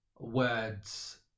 words